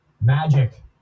magic